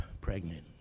pregnant